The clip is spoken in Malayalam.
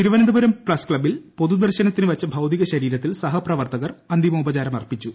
തിരുവനന്തപുരം പ്രസ് ക്ലബ്ബിൽ പൊതു ദർശനത്തിന് വെച്ച ഭൌതികശരീരത്തിൽ സഹപ്രവർത്തകർ അന്തിമോപചാരം അർപ്പിച്ചു